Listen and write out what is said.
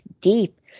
deep